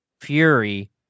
Fury